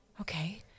Okay